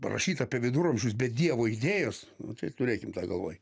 parašyt apie viduramžius be dievo idėjos tai turėkim tą galvoj